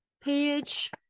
page